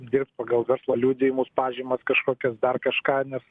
dirbt pagal verslo liudijimus pažymas kažkokias dar kažką nes